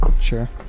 Sure